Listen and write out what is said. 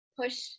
push